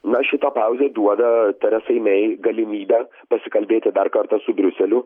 na šita pauzė duoda teresai mey galimybę pasikalbėti dar kartą su briuseliu